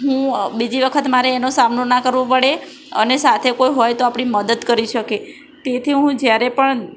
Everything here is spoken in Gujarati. હું બીજી વખત મારે એનો સામનો ના કરવો પડે અને સાથે કોઈ હોય તો આપણી મદદ કરી શકે તેથી હું જ્યારે પણ